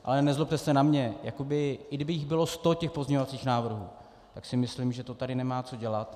Ale nezlobte se na mě, i kdyby jich bylo sto, těch pozměňovacích návrhů, tak si myslím, že to tady nemá co dělat.